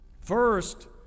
First